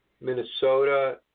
Minnesota